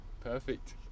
Perfect